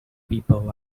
people